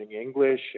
English